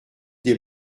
des